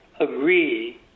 agree